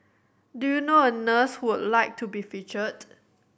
do you know a nurse who would like to be featured